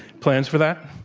plans for that?